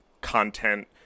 content